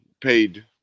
paid